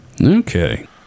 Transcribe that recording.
Okay